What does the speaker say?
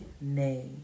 nay